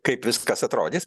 kaip viskas atrodys